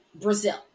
Brazil